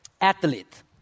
athlete